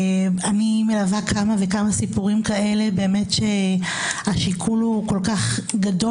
אני מלווה כמה וכמה סיפורים כאלה שהשיקול כל כך גדול